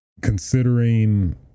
Considering